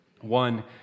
One